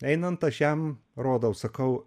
einant aš jam rodau sakau